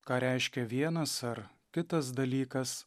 ką reiškia vienas ar kitas dalykas